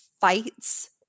fights